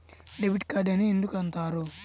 Debit card అని ఎందుకు అంటారు?